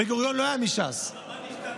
בן-גוריון לא היה מש"ס, אבל מה נשתנה?